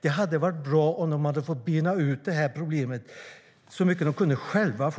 Det hade varit bra om de själva först hade fått bena ut det här problemet så mycket de kunde.